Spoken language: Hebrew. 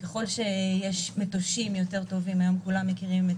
ככל שיש מטושים יותר טובים היום כולם מכירים את